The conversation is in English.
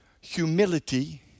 humility